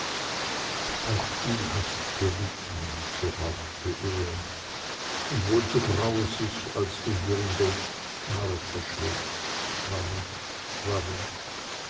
auch du hast gelitten so hauchte er und wohl so grausig als du hier in der marter schwebst warum warum